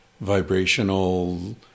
vibrational